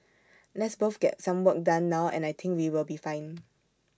let's both get some work done now and I think we will be fine